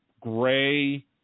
gray